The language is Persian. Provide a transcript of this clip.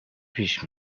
پیش